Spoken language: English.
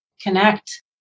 connect